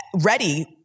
ready